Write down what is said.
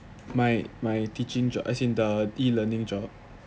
my my teaching job as in the e-learning job